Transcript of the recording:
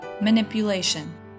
manipulation